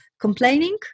complaining